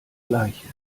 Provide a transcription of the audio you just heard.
gleiche